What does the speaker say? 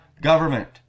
government